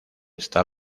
está